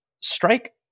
Strike